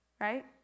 Right